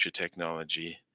technology